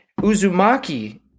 Uzumaki